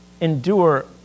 endure